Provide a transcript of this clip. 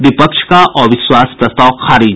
विपक्ष का अविश्वास प्रस्ताव खारिज